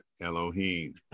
Elohim